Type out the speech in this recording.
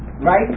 right